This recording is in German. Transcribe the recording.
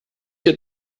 hier